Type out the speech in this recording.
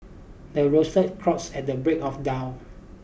the roasted crows at the break of dull